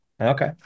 Okay